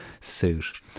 suit